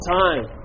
time